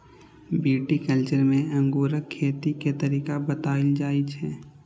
viticulture मे अंगूरक खेती के तरीका बताएल जाइ छै